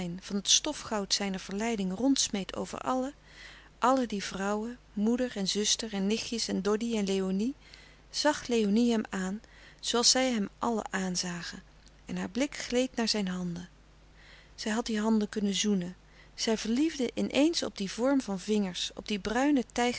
van het stofgoud zijner verleiding rond smeet over allen alle die vrouwen moeder en zusters en nichtjes en doddy en léonie zag léonie hem aan zooals zij hem allen aanzagen en haar blik gleed naar zijn handen zij had die handen kunnen zoenen zij verliefde in eens op dien vorm van vingers op die bruine